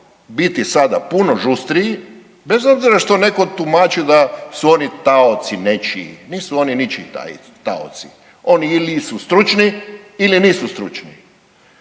biti sada puno žustriji bez obzira što netko tumači da su oni taoci nečiji. Nisu oni ničiji taoci. Oni ili su stručni ili nisu stručni.